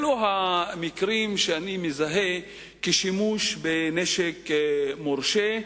אלה המקרים שאני מזהה כשימוש בנשק מורשה,